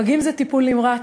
פגים זה טיפול נמרץ.